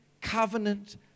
covenant